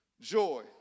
joy